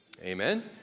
Amen